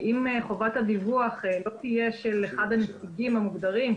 אם חובת הדיווח לא תהיה של אחד הנציגים המוגדרים,